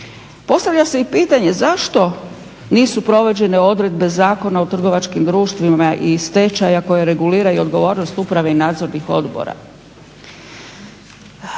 Postavlja se i pitanje zašto nisu provođene odredbe Zakona o trgovačkim društvima iz stečaja koje reguliraju odgovornost uprave i Nadzornih odbora?